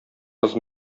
кыз